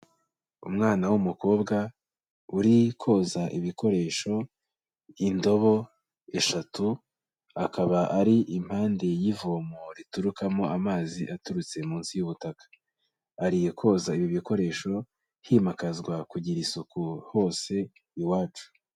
Umwana w'umukobwa uri koza ibikoresho, indobo eshatu, akaba ari impande y'ivomo riturukamo amazi aturutse munsi y'ubutaka. Ari koza ibi bikoresho, himakazwa kugira isuku hose iwacu.